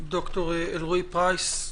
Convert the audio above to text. ד"ר אלרעי-פרייס,